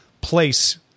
place